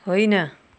होइन